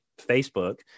Facebook